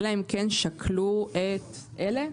אלא אם שקלו את אלה: